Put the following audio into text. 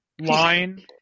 line